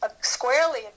squarely